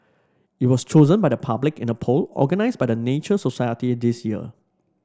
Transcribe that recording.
it was chosen by the public in a poll organised by the Nature Society this year